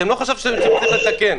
אתם לא חשבתם שצריך לתקן.